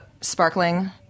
sparkling